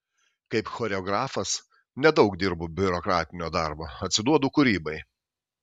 kaip choreografas nedaug dirbu biurokratinio darbo atsiduodu kūrybai